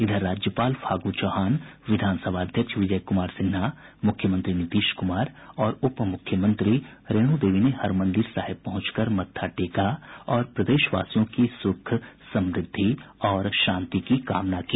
इधर राज्यपाल फागू चौहान विधानसभा अध्यक्ष विजय कुमार सिन्हा मुख्यमंत्री नीतीश कुमार और उप मुख्यमंत्री रेणु देवी ने हरमंदिर साहिब पहुंचकर मत्था टेका और प्रदेश वासियों की सुख समृद्धि और शांति की कामना की